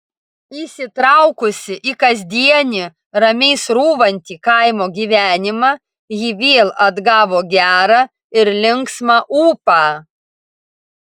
įsitraukusi į kasdienį ramiai srūvantį kaimo gyvenimą ji vėl atgavo gerą ir linksmą ūpą